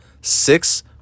six